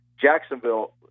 Jacksonville